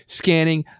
scanning